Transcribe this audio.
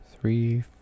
three